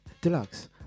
Deluxe